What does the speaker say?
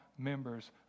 members